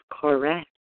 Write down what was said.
correct